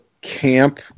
camp